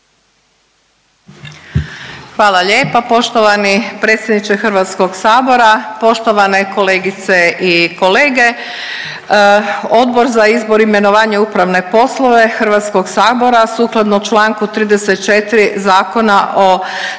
Hvala lijepa poštovani predsjedniče HS, poštovane kolegice i kolege. Odbor za izbor, imenovanja i upravne poslove HS sukladno čl. 34. Zakona o sprječavanju